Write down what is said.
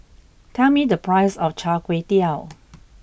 tell me the price of Char Kway Teow